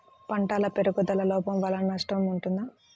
పంటల పెరుగుదల లోపం వలన నష్టము ఉంటుందా?